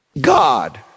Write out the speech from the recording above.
God